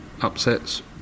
upsets